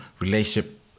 relationship